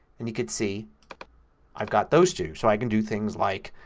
and you can see i've got those two. so i can do things like,